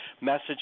message